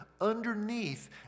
underneath